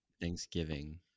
Thanksgiving